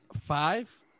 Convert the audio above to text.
Five